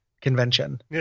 convention